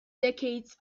decades